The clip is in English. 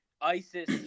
ISIS